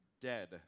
dead